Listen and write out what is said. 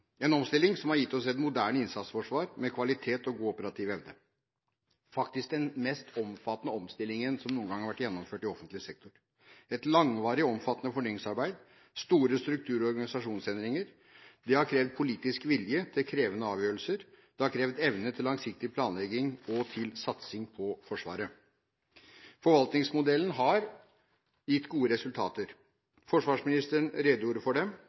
en omstilling som har gitt oss et moderne innsatsforsvar med god kvalitet og god operativ evne – faktisk den mest omfattende omstillingen som noen gang har vært gjennomført i offentlig sektor – et langvarig og omfattende fornyingsarbeid og store struktur- og organisasjonsendringer. Det har krevd politisk vilje til krevende avgjørelser, og det har krevd evne til langsiktig planlegging og til satsing på Forsvaret. Forvaltningsmodellen har gitt gode resultater. Forsvarsministeren redegjorde for dem